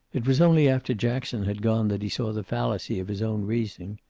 it was only after jackson had gone that he saw the fallacy of his own reasoning.